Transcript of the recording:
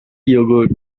yogurt